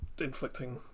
inflicting